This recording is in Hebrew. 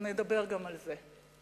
נדבר גם על זה.